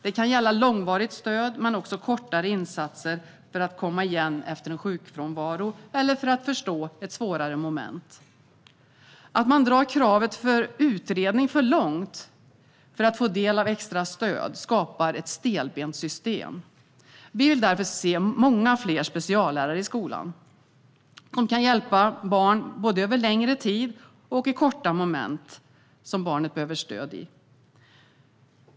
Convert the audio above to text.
Det kan gälla långvarigt stöd, men också kortare insatser för att komma igen efter en sjukfrånvaro eller för att förstå ett svårare moment. Att man drar kravet om utredning för att få del av extra stöd för långt skapar ett stelbent system. Vi vill därför se många fler speciallärare i skolan som kan hjälpa barn både över längre tid och i korta moment som barnet behöver stöd i.